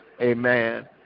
Amen